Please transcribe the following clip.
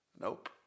nope